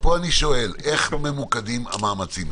פה אני שואל, איך ממוקדים המאמצים?